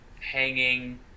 hanging